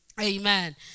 Amen